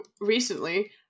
recently